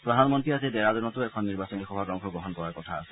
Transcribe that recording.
প্ৰধানমন্ত্ৰী আজি ডেৰাডুণতো এখন নিৰ্বাচনী সভাত অংশগ্ৰহণ কৰাৰ কথা আছে